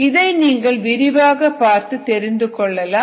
இதை நீங்கள் விரிவாக பார்த்து தெரிந்து கொள்ளலாம்